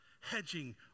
hedging